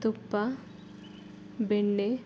ತುಪ್ಪ ಬೆಣ್ಣೆ